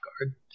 guard